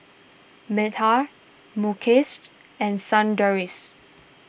Medha Mukeshed and Sundaresh